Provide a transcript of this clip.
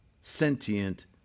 sentient